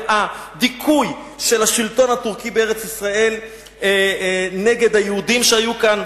והדיכוי של השלטון הטורקי בארץ-ישראל נגד היהודים שהיו כאן,